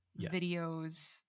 videos